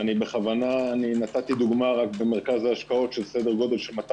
ובכוונה נתתי דוגמה במרכז ההשקעות של סדר גודל של 200